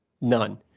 none